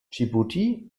dschibuti